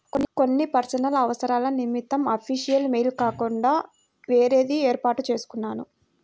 కొన్ని పర్సనల్ అవసరాల నిమిత్తం అఫీషియల్ మెయిల్ అకౌంట్ కాకుండా వేరేది వేర్పాటు చేసుకున్నాను